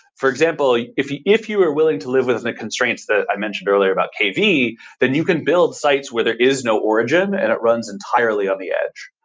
for example, if you if you are willing to live with and the constraints that i mentioned earlier about kv, then you can build sites where there is no origin and it runs entirely on the edge.